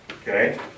Okay